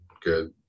good